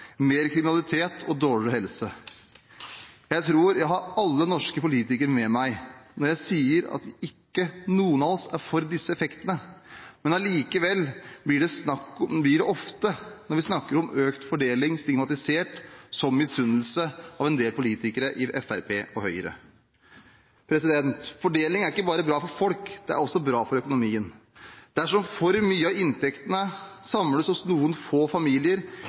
mer kriminalitet og dårligere helse. Jeg tror jeg har alle norske politikere med meg når jeg sier at ingen av oss er for disse effektene, men når vi snakker om økt fordeling, blir det allikevel ofte stigmatisert som misunnelse av en del politikere i Fremskrittspartiet og Høyre. Fordeling er ikke bare bra for folk. Det er også bra for økonomien. Dersom for mye av inntektene samles hos noen få familier,